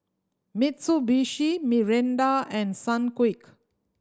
Mitsubishi Mirinda and Sunquick